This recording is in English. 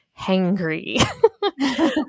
hangry